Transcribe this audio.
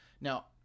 Now